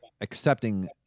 accepting